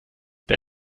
der